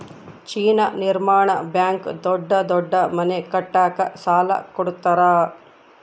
China ನಿರ್ಮಾಣ bank ದೊಡ್ಡ ದೊಡ್ಡ ಮನೆ ಕಟ್ಟಕ ಸಾಲ ಕೋಡತರಾ